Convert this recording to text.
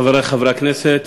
חברי חברי הכנסת,